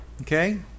Okay